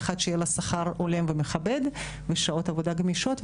שיהיה לה שכר הולם ומכבד ושעות עבודה גמישות,